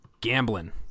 gambling